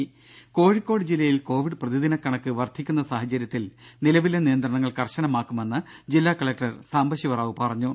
രും കോഴിക്കോട്ജില്ലയിൽ കോവിഡ് പ്രതിദിന കണക്ക് വർധിക്കുന്ന സാഹചര്യത്തിൽ നിലവിലെ നിയന്ത്രണങ്ങൾ കർശനമാക്കുമെന്ന് ജില്ലാ കലക്ടർ സാംബശിവ റാവു പറഞ്ഞു